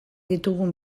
ditugun